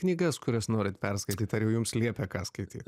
knygas kurias norit perskaityt ar jau jums liepia ką skaityt